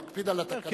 נקפיד על התקנון.